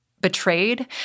betrayed